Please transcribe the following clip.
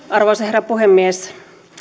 arvoisa herra puhemies